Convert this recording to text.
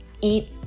Eat